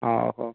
ହଉ ହଉ